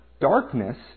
darkness